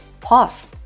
pause